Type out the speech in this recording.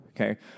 okay